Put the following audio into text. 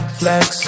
flex